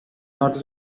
norte